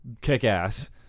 Kick-Ass